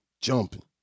jumping